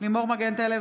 לימור מגן תלם,